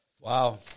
Wow